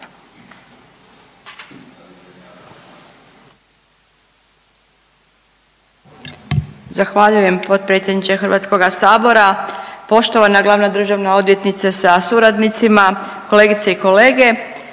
Zahvaljujem potpredsjedniče Hrvatskoga sabora. Poštovana glavna državna odvjetnice sa suradnicima, kolegice i kolege,